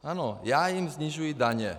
Ano, já jim snižuji daně.